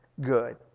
good